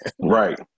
Right